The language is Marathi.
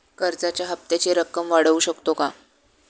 कर्जाच्या हप्त्याची रक्कम वाढवू शकतो का?